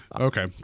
okay